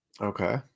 Okay